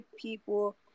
people